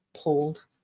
pulled